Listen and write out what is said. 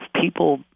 People